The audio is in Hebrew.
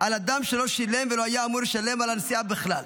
על אדם שלא שילם ולא היה אמור לשלם על הנסיעה בכלל.